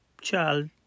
child